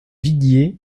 viguier